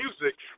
music